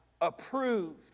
approved